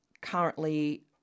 currently